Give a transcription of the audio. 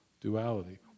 duality